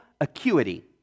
acuity